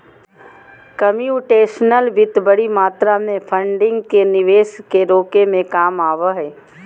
computational वित्त बडी मात्रा में फंडिंग के निवेश के रोके में काम आबो हइ